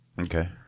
Okay